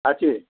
আছে